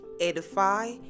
edify